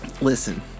Listen